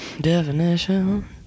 Definition